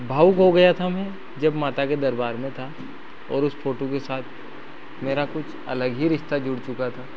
भावुक हो गया था मैं जब माता के दरबार में था और उस फोटू के साथ मेरा कुछ अलग ही रिश्ता जुड़ चुका था